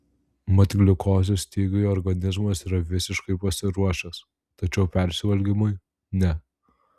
mat gliukozės stygiui organizmas yra visiškai pasiruošęs tačiau persivalgymui ne